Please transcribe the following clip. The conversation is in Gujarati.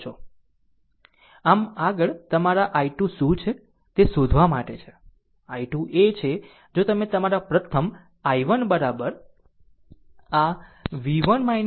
અને આગળ તમારે તમારા i2 શું છે તે શોધવા માટે છે i2 એ છે જો તમે તમારા પ્રથમ i1 i1 આ v v1 v2 upon 5 જોશો